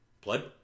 Blood